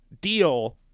deal